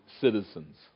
citizens